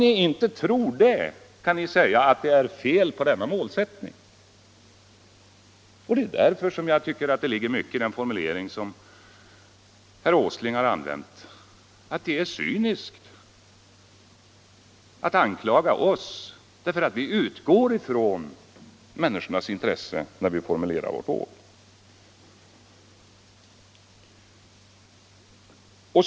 Endast om ni tror det, kan ni säga att det är något fel på denna målsättning. Jag tycker därför att det ligger mycket i den formulering som herr Åsling använt, nämligen att det är cyniskt att anklaga oss för att vi utgår ifrån människornas intresse när vi formulerar vårt mål.